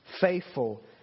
faithful